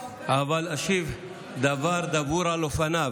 אבל אשיב דבר דבור על אופניו.